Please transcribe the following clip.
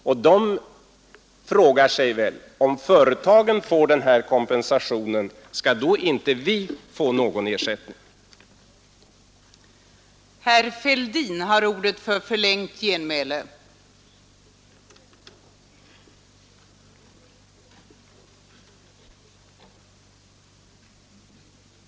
Om nu företagen får den här kompensationen, skall då inte också vi få någon ersättning, måste de fråga sig.